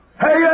Hey